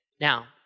Now